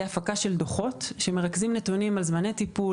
הפקה של דוחות שמרכזים נתונים על זמני טיפול,